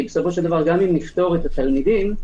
כי גם אם נפטור את התלמידים,